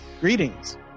Greetings